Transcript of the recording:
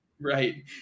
Right